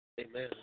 Amen